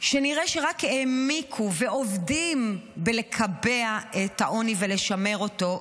שנראה שרק העמיקו ועובדים בלקבע את העוני ולשמר אותו?